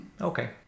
Okay